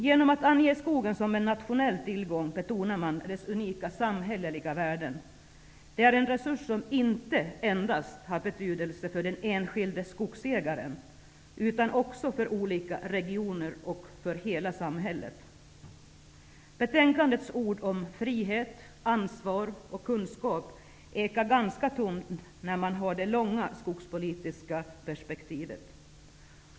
Genom att ange skogen som en nationell tillgång betonar man dess unika samhälleliga värden. Den är en resurs som inte endast har betydelse för den enskilde skogsägaren utan också för olika regioner och för hela samhället. Betänkandets ord om frihet, ansvar och kunskap ekar ganska tomt, när man har det långa skogspolitiska perspektivet.